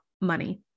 money